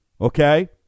Okay